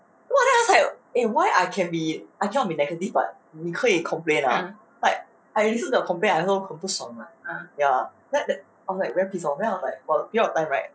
what the hell it's like eh why I can be I cannot be negative but 你可以 complain ah like I 每次的 complain I also 很不爽 [what] ya like I was like very pissed off then I was like for the period of time right